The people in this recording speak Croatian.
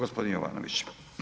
Gospodin Jovanović: